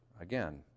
Again